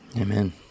Amen